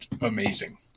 amazing